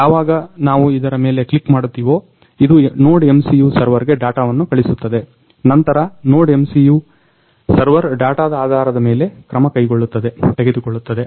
ಯಾವಾಗ ನಾವು ಇದರ ಮೇಲೆ ಕ್ಲಿಕ್ ಮಾಡ್ತೀವೊ ಇದು NodeMCU ಸರ್ವರ್ಗೆ ಡಾಟವನ್ನು ಕಳಿಸುತ್ತದೆ ನಂತರ NodeMCU ಸರ್ವರ್ ಡಾಟದ ಆಧಾರದ ಮೇಲೆ ಕ್ರಮ ತೆಗೆದುಕೊಳ್ಳುತ್ತದೆ